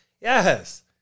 Yes